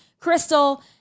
Crystal